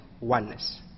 oneness